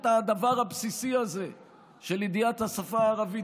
את הדבר הבסיסי הזה של ידיעת השפה הערבית,